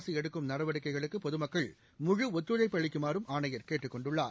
அரசு எடுக்கும் நடவடிக்கைகளுக்கு பொதுமக்கள் முழு ஒத்துழைப்பு அளிக்குமாறும் ஆணையா கேட்டுக் கொண்டுள்ளார்